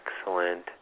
excellent